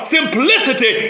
simplicity